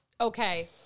Okay